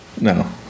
No